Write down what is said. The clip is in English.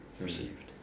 received